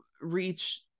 reach